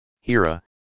Hira